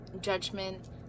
judgment